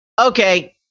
okay